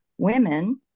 Women